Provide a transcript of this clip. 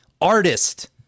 artist